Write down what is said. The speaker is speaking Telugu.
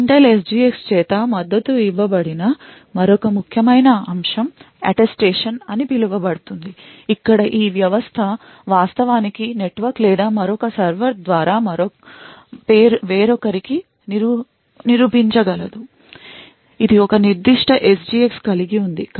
Intel SGX చేత మద్దతు ఇవ్వబడిన మరొక ముఖ్యమైన అంశం అటెస్టేషన్ అని పిలువబడుతుంది ఇక్కడ ఈ వ్యవస్థ వాస్తవానికి నెట్వర్క్ లేదా మరొక సర్వర్ ద్వారా వేరొకరికి నిరూపించగలదు ఇది ఒక నిర్దిష్ట SGX కలిగి ఉంది